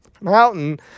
mountain